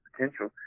potential